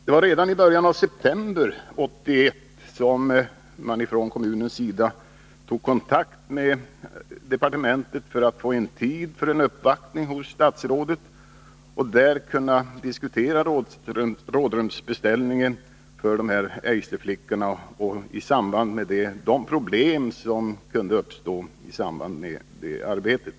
Det var redan i början av september 1981 som man från kommunens sida tog kontakt med departementet för att få en tid för uppvaktning hos statsrådet, varvid man skulle kunna diskutera en s.k. rådrumsbeställning till företaget och de problem som skulle kunna uppstå i samband med det arbetet.